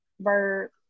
Verb